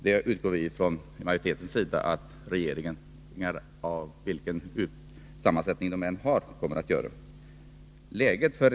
Vi utgår från majoritetens sida från att regeringen — vilken sammansättning den än har — kommer att göra detta.